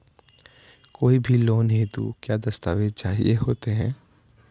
कोई भी लोन हेतु क्या दस्तावेज़ चाहिए होते हैं?